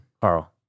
Carl